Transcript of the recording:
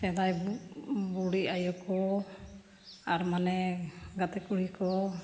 ᱥᱮᱫᱟᱭ ᱵᱩᱰᱷᱤ ᱟᱭᱳ ᱠᱚ ᱟᱨ ᱢᱟᱱᱮ ᱜᱟᱛᱮ ᱠᱩᱲᱤ ᱠᱚ